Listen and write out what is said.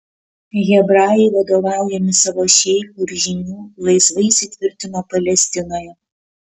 hebrajai vadovaujami savo šeichų ir žynių laisvai įsitvirtino palestinoje